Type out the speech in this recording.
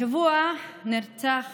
השבוע נרצח